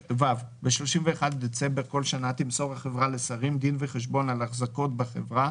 ב-31 בדצמבר של כל שנה תמסור החברה לשרים דין וחשבון על ההחזקות בחברה,